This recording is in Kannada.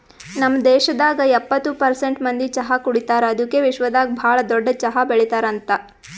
ನಮ್ ದೇಶದಾಗ್ ಎಪ್ಪತ್ತು ಪರ್ಸೆಂಟ್ ಮಂದಿ ಚಹಾ ಕುಡಿತಾರ್ ಅದುಕೆ ವಿಶ್ವದಾಗ್ ಭಾಳ ದೊಡ್ಡ ಚಹಾ ಬೆಳಿತಾರ್ ಅಂತರ್